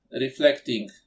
reflecting